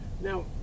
Now